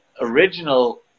original